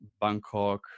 bangkok